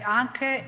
anche